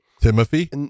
Timothy